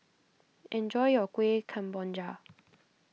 enjoy your Kueh Kemboja